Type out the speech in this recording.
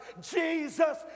Jesus